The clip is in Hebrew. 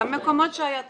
במקומות שהיה צורך.